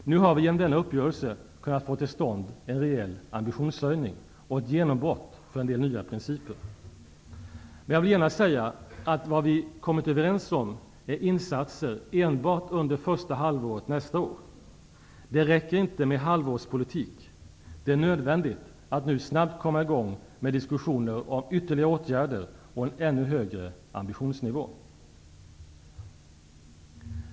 Nu har vi genom denna uppgörelse kunnat få till stånd en rejäl ambitionshöjning och ett genombrott för en del nya principer. Men jag vill genast säga, att det vi har kommit överens om är insatser enbart under första halvåret nästa år. Det räcker inte med halvårspolitik. Det är nödvändigt att snabbt komma i gång med diskussioner om ytterligare åtgärder och en ännu högre ambitionsnivå.